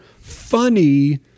funny